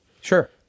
Sure